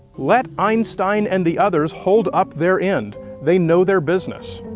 let einstein and the others hold up their end they know their business.